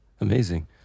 amazing